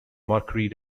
mercury